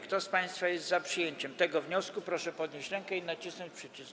Kto z państwa jest za przyjęciem tego wniosku, proszę podnieść rękę i nacisnąć przycisk.